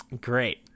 Great